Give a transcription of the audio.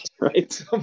right